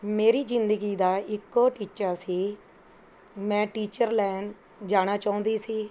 ਮੇਰੀ ਜ਼ਿੰਦਗੀ ਦਾ ਇੱਕੋ ਟੀਚਾ ਸੀ ਮੈਂ ਟੀਚਰ ਲੈਨ ਜਾਣਾ ਚਾਹੁੰਦੀ ਸੀ